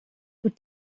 good